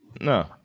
no